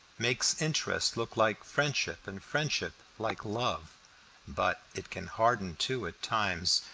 makes interest look like friendship, and friendship like love but it can harden too at times,